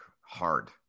hard